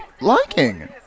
liking